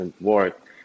work